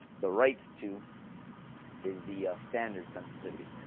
the right two is the standard sensitivity.